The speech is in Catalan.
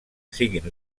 siguin